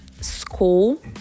school